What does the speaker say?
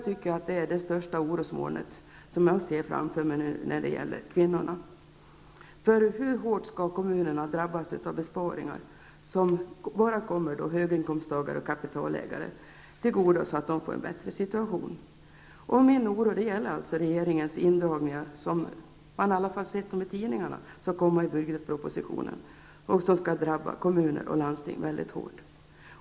Det är det största orosmolnet som jag ser framför mig när det gäller kvinnorna. Hur hårt skall kommunerna drabbas av besparingar, som bara kommer höginkomsttagare och kapitalägare till godo och innebär att de får en bättre situation? Min oro gäller regeringens indragningar, som enligt tidningarna kommer att redovisas i budgetpropositionen och som skall drabba kommuner och landsting hårt.